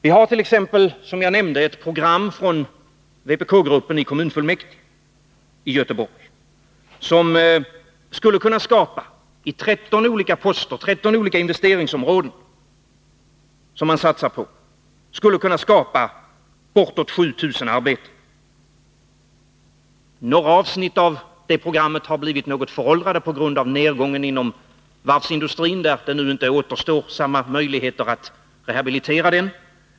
Vi hart.ex., som jag nämnt, ett program från vpk-gruppen i kommunfullmäktige i Göteborg som i 13 olika investeringsområden, som man satsar på, skulle kunna skapa bortåt 7 000 arbeten. Några avsnitt av det programmet har blivit litet föråldrade på grund av nedgången inom varvsindustrin — det finns inte längre samma möjligheter som tidigare att rehabilitera den.